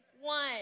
one